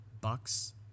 Bucks